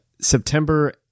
September –